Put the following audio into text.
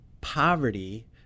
poverty